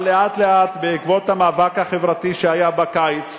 אבל לאט-לאט, בעקבות המאבק החברתי שהיה בקיץ,